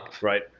Right